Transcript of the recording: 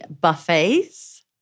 buffets